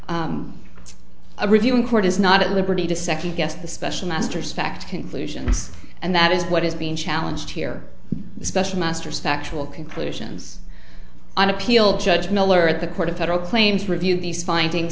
a review in court is not at liberty to second guess the special masters fact conclusions and that is what is being challenged here especially masters factual conclusions on appeal judge miller at the court of federal claims to review these finding